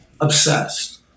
obsessed